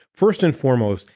first and foremost,